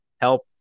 Help